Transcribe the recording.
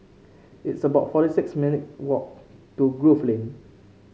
it's about forty six minutes' walk to Grove Lane